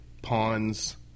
Pawns